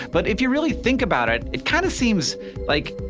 but if you really think about it, it kind of seems like.